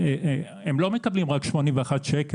כי הלשכות לא מקבלות רק 81 שקלים,